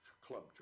club